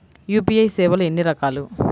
UPI సేవలు ఎన్నిరకాలు?